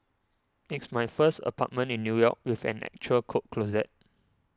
it's my first apartment in New York with an actual coat closet